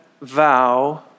vow